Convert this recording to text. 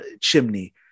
chimney